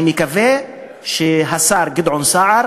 אני מקווה שהשר גדעון סער